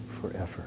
forever